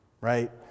right